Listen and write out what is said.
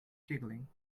giggling